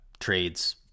trades